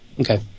Okay